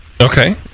Okay